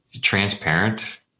transparent